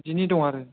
बिदिनि दं आरो